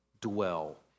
dwell